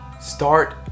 start